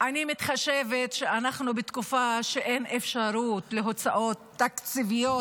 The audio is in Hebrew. אני מתחשבת בזה שאנחנו בתקופה שאין בה אפשרות להוצאות תקציביות,